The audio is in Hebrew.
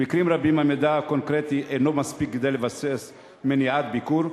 במקרים רבים המידע הקונקרטי אינו מספיק כדי לבסס מניעת ביקור,